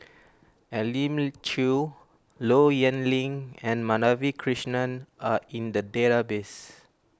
Elim Chew Low Yen Ling and Madhavi Krishnan are in the database